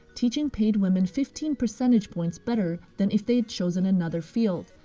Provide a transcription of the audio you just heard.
teaching paid women fifteen percentage points better than if they'd chosen another field.